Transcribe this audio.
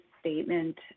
statement